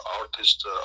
artist